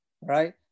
right